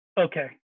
Okay